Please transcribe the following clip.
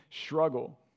struggle